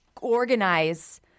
organize